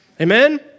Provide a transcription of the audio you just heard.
Amen